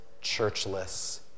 churchless